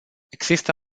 există